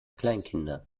kleinkinder